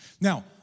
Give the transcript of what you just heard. Now